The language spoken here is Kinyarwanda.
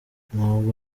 ntabwo